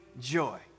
joy